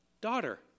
Daughter